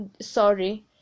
Sorry